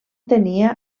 tenia